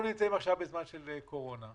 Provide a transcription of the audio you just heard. אנחנו נמצאים עכשיו בזמן של קורונה,